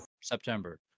September